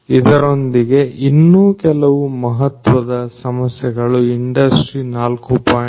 ಇದರೊಂದಿಗೆ ಇನ್ನೂ ಕೆಲವು ಮಹತ್ವದ ಸಮಸ್ಯೆಗಳು ಇಂಡಸ್ಟ್ರಿ4